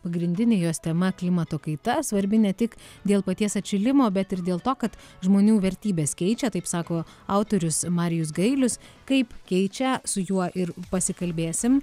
pagrindinė jos tema klimato kaita svarbi ne tik dėl paties atšilimo bet ir dėl to kad žmonių vertybės keičia taip sako autorius marijus gailius kaip keičia su juo ir pasikalbėsim